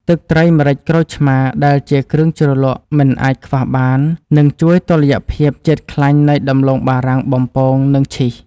ទឹកត្រីម្រេចក្រូចឆ្មាដែលជាគ្រឿងជ្រលក់មិនអាចខ្វះបាននឹងជួយតុល្យភាពជាតិខ្លាញ់នៃដំឡូងបារាំងបំពងនិងឈីស។